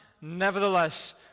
nevertheless